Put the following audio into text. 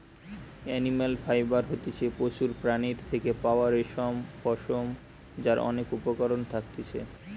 animal fibre হতিছে পশুর প্রাণীর থেকে পাওয়া রেশম, পশম যার অনেক উপকরণ থাকতিছে